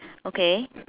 okay